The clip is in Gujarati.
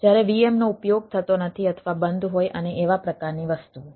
જ્યારે VM નો ઉપયોગ થતો નથી અથવા બંધ હોય અને એવા પ્રકારની વસ્તુઓ